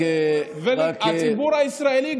והציבור הישראלי,